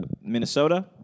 Minnesota